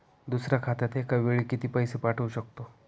दुसऱ्या खात्यात एका वेळी किती पैसे पाठवू शकतो?